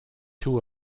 two